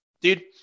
Dude